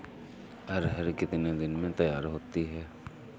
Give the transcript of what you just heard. अरहर कितनी दिन में तैयार होती है?